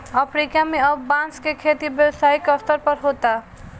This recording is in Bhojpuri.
अफ्रीका में अब बांस के खेती व्यावसायिक स्तर पर होता